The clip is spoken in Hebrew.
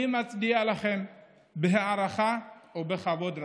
אני מצדיע לכם בהערכה ובכבוד רב.